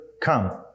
come